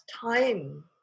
time